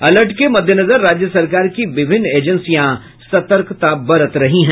alert के मद्देनजर राज्य सरकार की विभिन्न एजेंसियां सतर्कता बरत रही हैं